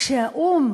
כשהאו"ם